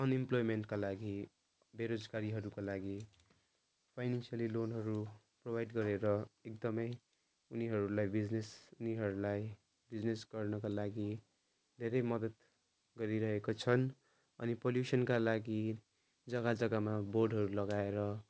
अनइम्प्लोयमेन्टका लागि बेरोजगारीहरूका लागि फाइनिन्सियली लोनहरू प्रोभाइड गरेर एकदमै उनीहरूलाई बिजनेस उनीहरूलाई बिजनेस गर्नुको लागि धेरै मदत गरिरहेको छन् अनि पोल्युसनका लागि जग्गा जग्गामा बोर्डहरू लगाएर